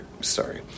Sorry